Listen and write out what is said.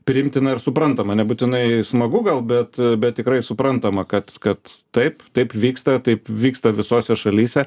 priimtina ir suprantama nebūtinai smagu gal bet bet tikrai suprantama kad kad taip taip vyksta taip vyksta visose šalyse